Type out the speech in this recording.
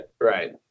right